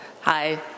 Hi